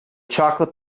chocolate